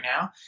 now